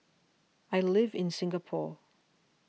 I live in Singapore